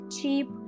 cheap